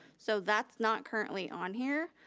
so that's not currently on here.